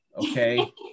okay